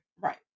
Right